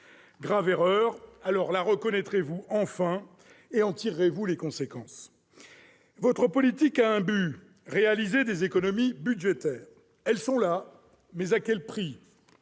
Grave erreur ! La reconnaîtrez-vous enfin et en tirerez-vous les conséquences ? Votre politique a un but : réaliser des économies budgétaires. Elles sont là. Mais à quel prix ?